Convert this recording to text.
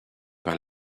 par